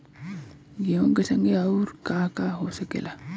गेहूँ के संगे आऊर का का हो सकेला?